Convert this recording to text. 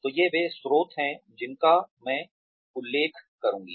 तो ये वे स्रोत हैं जिनका मैं उल्लेख करूंगी